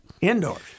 indoors